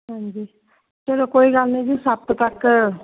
ਹਾਂਜੀ ਚਲੋ ਕੋਈ ਗੱਲ ਨੀ ਜੀ ਸੱਤ ਤੱਕ